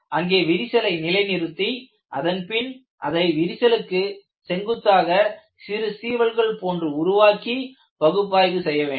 அங்கே விரிசலை நிலை நிறுத்தி அதன் பின் அதை விரிசலுக்கு செங்குத்தாக சிறு சீவல்கள் போன்று உருவாக்கி பகுப்பாய்வு செய்ய வேண்டும்